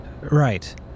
Right